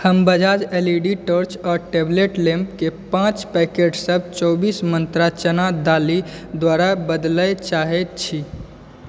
हम Bajaj LED torch आओर table लैम्पके पाँच पैकेटसब चौबीस मंत्रा चना दालि द्वारा बदलए चाहै छी